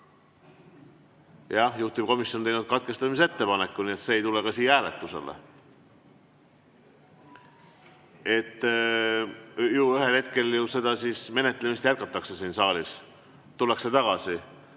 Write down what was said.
Jah, juhtivkomisjon on teinud katkestamise ettepaneku, nii et see ei tule ka siia hääletusele. Ju siis ühel hetkel seda menetlemist jätkatakse siin saalis, tullakse tagasi.